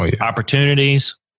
Opportunities